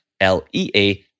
L-E-A